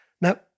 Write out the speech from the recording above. Now